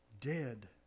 dead